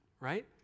right